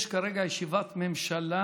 יש כרגע ישיבת ממשלה,